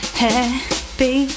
happy